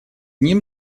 ним